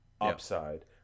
upside